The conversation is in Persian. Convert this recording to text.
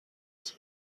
هست